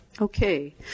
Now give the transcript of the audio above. Okay